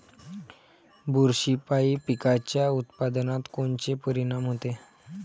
बुरशीपायी पिकाच्या उत्पादनात कोनचे परीनाम होते?